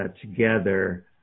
together